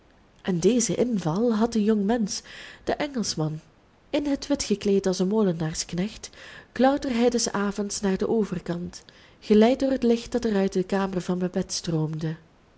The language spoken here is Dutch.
en dezen inval had een jongmensch de engelschman in het wit gekleed als een molenaarsknecht klauterde hij des avonds naar den overkant geleid door het licht dat er uit de kamer van babette stroomde